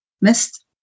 missed